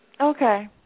Okay